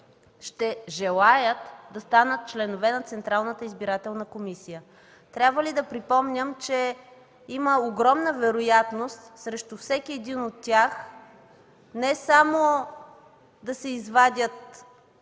ще желаят да станат членове на Централната избирателна комисия. Трябва ли да припомням, че има огромна вероятност срещу всеки един от тях не само да се извадят